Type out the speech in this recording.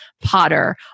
potter